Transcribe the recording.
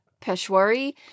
Peshwari